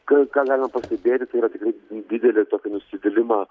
kas ką galima pastebėti tai yra tikrai didelį tokį nusivylimą